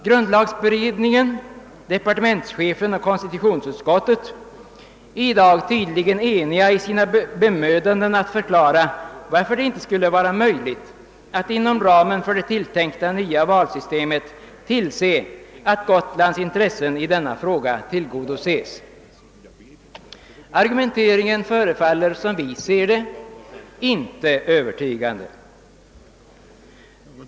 Grundlagberedningen, departementschefen och konstitutionsutskottet är i dag tydligen eniga i sina bemödanden att förklara varför det icke skulle vara möjligt att inom ramen för det tilltänkta nya valsystemet tillse, att Gotlands intressen i denna fråga tillgodoses. Argumenteringen förefaller icke övertygande.